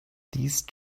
these